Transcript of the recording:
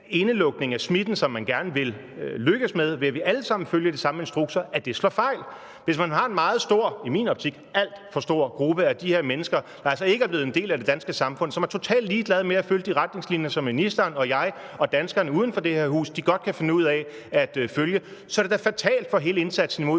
indelukning af smitten, som man gerne vil lykkes med, ved at vi alle sammen følger de samme instrukser, slår fejl. Hvis man har en meget stor – i min optik alt for stor – gruppe af de her mennesker, der altså ikke er blevet en del af det danske samfund, og som er totalt ligeglade med at følge de retningslinjer, som ministeren og jeg og danskerne uden for det her hus godt kan finde ud af at følge, så er det da fatalt for hele indsatsen imod